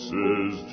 Says